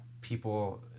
people